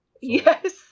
Yes